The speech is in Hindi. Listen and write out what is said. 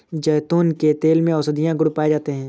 जैतून के तेल में औषधीय गुण पाए जाते हैं